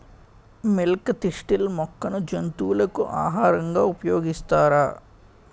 Milk thistle మొక్కను జంతువులకు ఆహారంగా ఉపయోగిస్తారా?